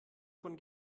von